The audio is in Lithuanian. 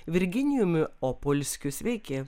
virginijumi opulskiu sveiki